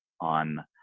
on